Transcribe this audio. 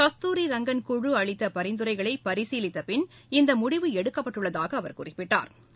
கஸ்தூரிரங்கன் குழு அளித்த பரிந்துரைகளை பரிசீலித்த பின் இந்த முடிவு எடுக்கப்பட்டுள்ளதாக அவர் குறிப்பிட்டா்